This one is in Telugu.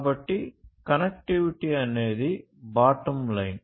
కాబట్టి కనెక్టివిటీ అనేది బాటమ్ లైన్